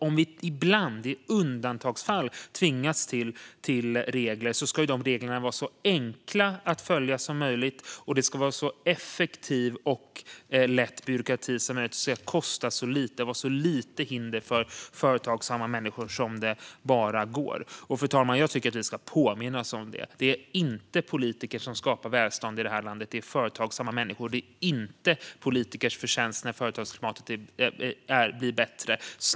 Om vi ibland, i undantagsfall, tvingas till regler ska de reglerna vara så enkla att följa som möjligt och byråkratin så effektiv och lätt som möjligt. Det ska kosta så lite och finnas så få hinder för företagsamma människor som det bara går. Jag tycker att vi ska påminna oss om detta, fru talman: Det är inte politiker som skapar välstånd i det här landet, det är företagsamma människor. Det är inte politikers förtjänst när företagsklimatet blir bättre.